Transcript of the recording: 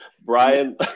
Brian